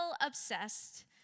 obsessed